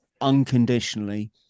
unconditionally